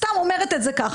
סתם, אומרת את זה ככה.